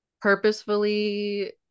purposefully